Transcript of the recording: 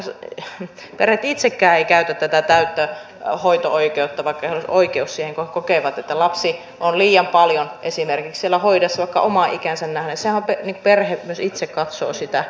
perheet itsekään eivät käytä tätä täyttä hoito oikeutta vaikka heillä olisi oikeus siihen kun he kokevat että lapsi esimerkiksi on liian paljon siellä hoidossa vaikka omaan ikäänsä nähden perheet myös itse katsovat sitä tilannetta